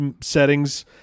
settings